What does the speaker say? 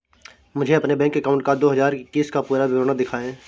मुझे अपने bank account का दो हज़ार इक्कीस का पूरा विवरण दिखाएँ?